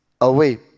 away